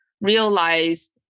realized